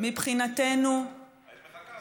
אז למה הגשת